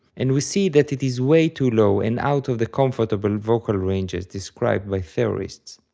and we see that it is way too low and out of the comfortable vocal ranges described by theorists.